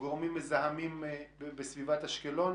גורמים מזהמים בסביבת אשקלון